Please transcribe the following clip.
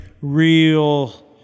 real